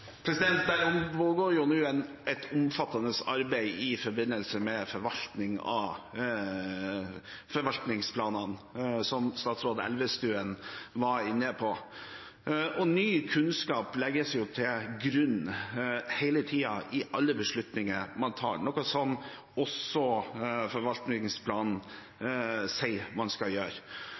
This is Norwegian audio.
arbeid i forbindelse med forvaltningsplanene, som statsråd Elvestuen var inne på. Ny kunnskap legges til grunn hele tiden i alle beslutninger man tar, noe som også forvaltningsplanen sier man skal